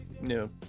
No